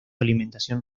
alimentación